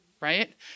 right